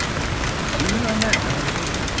zoom in on that, not my face,